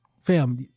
Fam